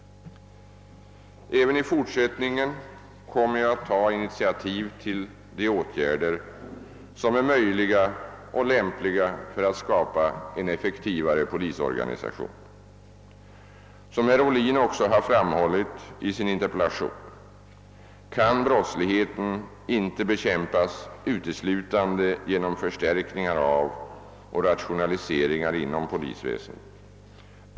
Även i fortsättningen kommer jag att ta initiativ till de åtgärder som är möjliga och lämpliga för att skapa en effektivare polisorganisation. Såsom herr Ohlin också har framhållit i sin interpellation kan brottsligheten inte bekämpas uteslutande genom förstärkningar av och rationaliseringar inom polisväsendet.